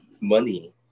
money